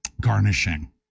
garnishing